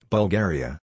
Bulgaria